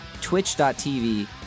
Twitch.tv